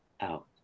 out